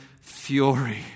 fury